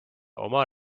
oma